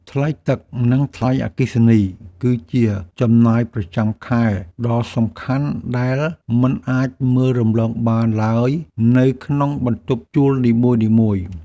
ថ្លៃទឹក និងថ្លៃអគ្គិសនីគឺជាចំណាយប្រចាំខែដ៏សំខាន់ដែលមិនអាចមើលរំលងបានឡើយនៅក្នុងបន្ទប់ជួលនីមួយៗ។